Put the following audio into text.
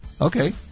Okay